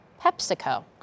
PepsiCo